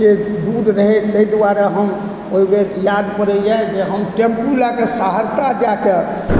के दुध रहै तहि दुआरे हम ओहिबेर याद पड़य यऽ जे हम टेम्पू लएकऽ सहरसा जाइके